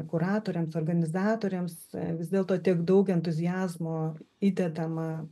kuratoriams organizatoriams vis dėlto tiek daug entuziazmo įdedama